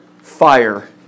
Fire